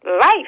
life